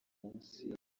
munsi